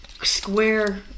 ...square